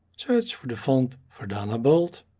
search for the font verdana bold,